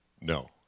No